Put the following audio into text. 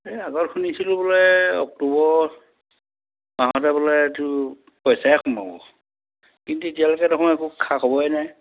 এই আগত শুনিছিলোঁ বোলে অক্টোবৰ মাহতে বোলে পইচাই সোমাব কিন্তু এতিয়ালৈকে দেখোন একো খা খবৰেই নাই